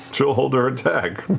she'll hold her attack.